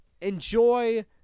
enjoy